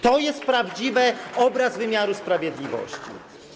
To jest prawdziwy obraz wymiaru sprawiedliwości.